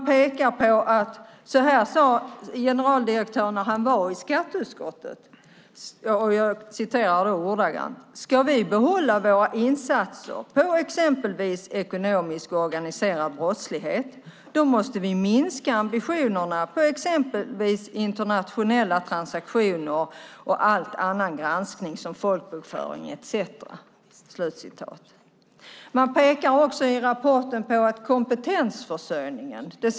Så här sade generaldirektören när han var i skatteutskottet: Ska vi behålla våra insatser på exempelvis ekonomisk och organiserad brottslighet måste vi minska ambitionerna på exempelvis internationella transaktioner och all annan granskning som folkbokföring etcetera. I rapporten pekar man också på kompetensförsörjningen.